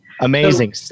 Amazing